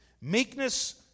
meekness